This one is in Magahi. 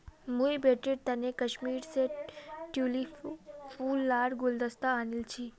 मुई बेटीर तने कश्मीर स ट्यूलि फूल लार गुलदस्ता आनील छि